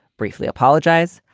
briefly apologize.